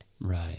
Right